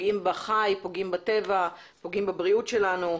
פוגעים בחי, פוגעים בטבע, פוגעים בבריאות שלנו.